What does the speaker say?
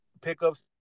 pickups